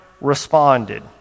responded